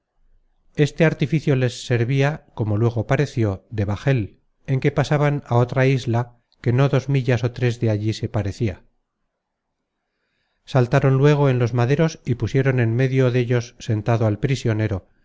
este artificio les servia como luego pareció de bajel en content from google book search generated at que pasaban á otra isla que no dos millas ó tres de allí se parecia saltaron luego en los maderos y pusieron en medio dellos sentado al prisionero